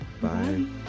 Bye